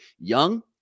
Young